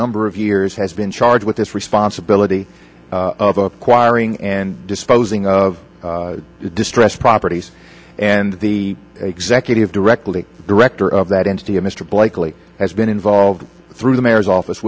number of years has been charged with this responsibility of acquiring and disposing of distressed properties and the executive directly director of that entity mr blakeley has been involved through the mayor's office